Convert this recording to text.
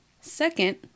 Second